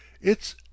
It's